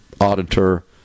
Auditor